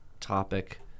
topic